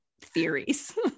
theories